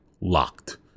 locked